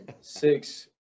six